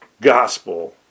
gospel